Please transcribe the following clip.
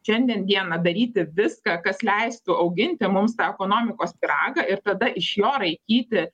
šiandien dieną daryti viską kas leistų auginti mums tą ekonomikos pyragą ir tada iš jo raikyti